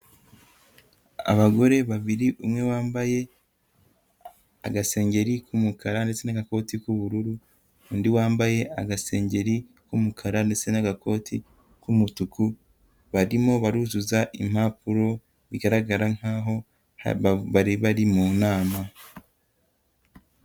Abagore babiri, umwe wambaye agasengeri k'umukara ndetse n'agakoti k'ubururu, undi wambaye agasengeri k'umukara ndetse n'agakoti k'umutuku, barimo baruzuza impapuro, bigaragara nk'aho bari bari mu nama.